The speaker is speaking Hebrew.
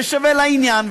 זה לעניין,